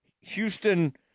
Houston